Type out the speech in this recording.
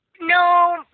No